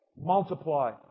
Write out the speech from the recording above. multiply